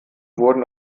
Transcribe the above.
wurden